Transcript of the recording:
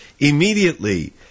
Immediately